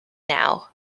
now